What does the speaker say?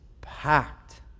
packed